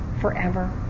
forever